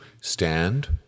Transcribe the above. stand